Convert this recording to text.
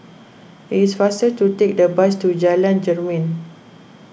it is faster to take the bus to Jalan Jermin